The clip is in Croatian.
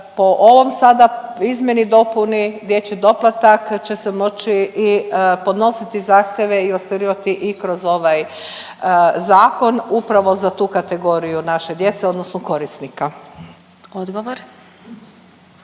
po ovom sada izmjeni dopuni dječji doplatak će se moći i podnositi zahtjeve i ostvarivati i kroz ovaj zakon upravo za tu kategoriju naše djece odnosno korisnika.